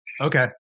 Okay